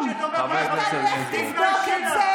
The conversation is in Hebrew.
תתביישי לך.